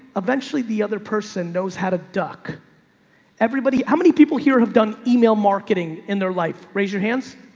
eventually the other person knows how to duck everybody. how many people here have done email marketing in their life? raise your hands.